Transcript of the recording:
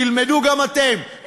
תלמדו גם אתם,